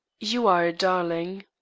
you are a darling,